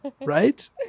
Right